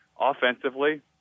offensively